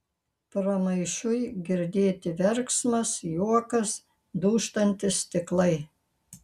pramaišiui girdėti verksmas juokas dūžtantys stiklai